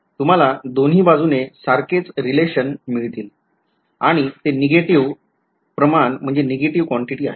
तर तुम्हाला दोन्ही बाजूने सारखेच संबंध मिळतील आणि ते नेगेटिव्ह प्रमाण आहे